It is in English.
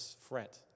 fret